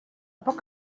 poc